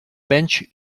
bench